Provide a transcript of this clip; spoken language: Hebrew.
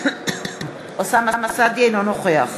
אינו נוכח